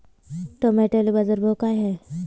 टमाट्याले बाजारभाव काय हाय?